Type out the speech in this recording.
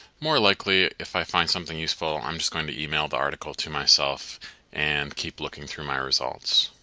more likely if i find something useful, i'm just going to email the article to myself and keep looking through my results.